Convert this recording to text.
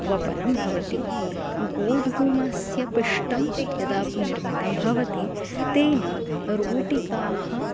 वपनं भवति गोधूमस्य पिष्टं यदा निर्मितं भवति तेन रोटिकाः